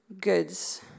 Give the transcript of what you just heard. goods